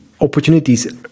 opportunities